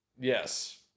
yes